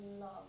love